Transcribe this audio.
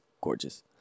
gorgeous